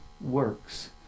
works